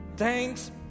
Thanks